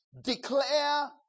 declare